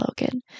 Logan